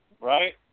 Right